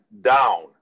down